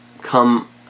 come